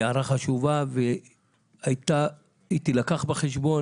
היא הערה חשובה והיא תילקח בחשבון.